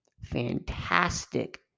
fantastic